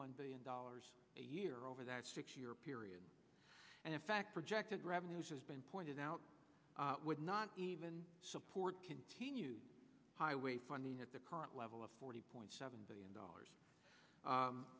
one billion dollars a year over that six year period and in fact projected revenues has been pointed out not even support continued highway funding at the current level of forty point seven billion dollars